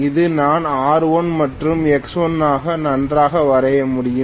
இதை நான் R1 மற்றும் X1 ஆக நன்றாக வரைய முடியும்